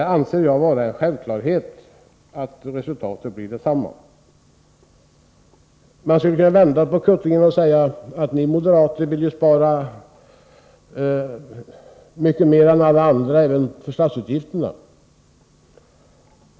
Jag anser det vara en självklarhet att resultatet kommer att bli detsamma. Man skulle kunna vända på kuttingen och säga att ni moderater vill spara mycket mer än alla andra även på statsutgifterna.